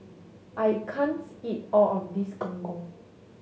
I can't eat all of this Gong Gong